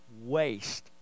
waste